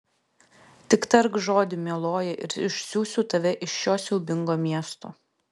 tik tark žodį mieloji ir išsiųsiu tave iš šio siaubingo miesto